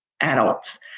adults